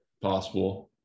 possible